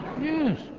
Yes